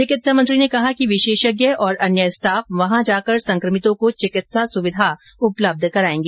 चिकित्सा मंत्री ने कहा कि विशेषज्ञ और अन्य स्टाफ वहॉ जाकर संक्रमितों को चिकित्सा सुविधा उपलब्ध करायेगा